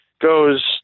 goes